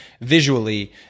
visually